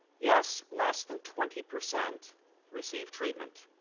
yes, less than twenty percent receive treatment.